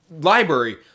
Library